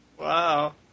Wow